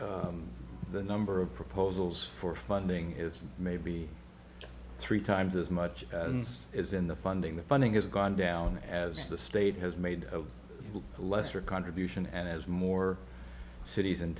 exceed the number of proposals for funding is maybe three times as much as in the funding the funding has gone down as the state has made a lesser contribution and as more cities and